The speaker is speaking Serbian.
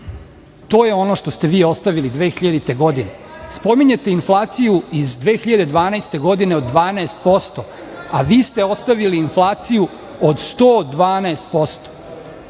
To je ono što ste vi ostavili 2000. godine. Spominjete inflaciju iz 2012. godine od 12%, a vi ste ostavili inflaciju od 112%.Da